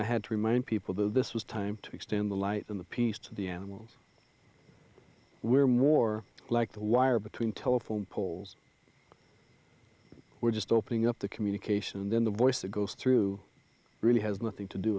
i had to remind people though this was time to extend the life in the peace to the animals we're more like the wire between telephone poles we're just opening up the communication and then the voice that goes through really has nothing to do